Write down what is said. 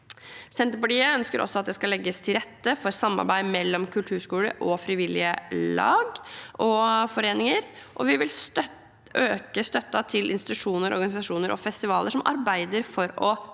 Senterpartiet ønsker også at det skal legges til rette for samarbeid mellom kulturskoler og frivillige lag og foreninger. Vi vil øke støtten til institusjoner, organisasjoner og festivaler som arbeider for å